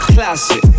Classic